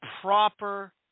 proper